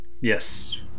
Yes